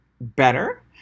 better